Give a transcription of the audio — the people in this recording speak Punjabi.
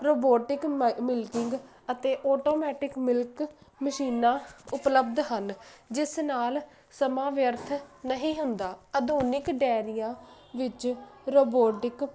ਰੋਬੋਟਿਕ ਮਿਲਕਿੰਗ ਅਤੇ ਆਟੋਮੈਟਿਕ ਮਿਲਕ ਮਸ਼ੀਨਾਂ ਉਪਲਬਧ ਹਨ ਜਿਸ ਨਾਲ ਸਮਾਂ ਵਿਅਰਥ ਨਹੀਂ ਹੁੰਦਾ ਆਧੁਨਿਕ ਡੈਰੀਆ ਵਿੱਚ ਰਬੋਰਡਿਕ